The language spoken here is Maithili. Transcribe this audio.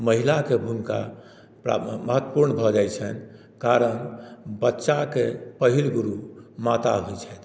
जाहिमे महिलाके भुमिका महत्वपुर्ण भऽ जाइ छनि कारण बच्चाकेँ पहिल गुरु माता होइ छथि